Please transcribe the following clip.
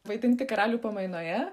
vaidinti karalių pamainoje